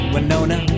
Winona